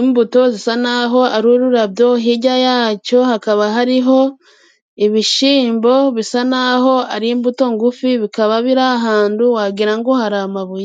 imbuto zisa n'aho ari ururabo. Hirya yacyo hakaba hari ibishyimbo bisa n'aho ari imbuto ngufi, hirya y'aho bikaba biri ahantu wagira ngo hari amabuye.